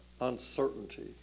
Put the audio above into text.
uncertainty